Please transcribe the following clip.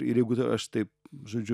ir jeigu aš taip žodžiu